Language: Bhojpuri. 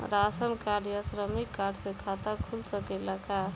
राशन कार्ड या श्रमिक कार्ड से खाता खुल सकेला का?